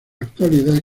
actualidad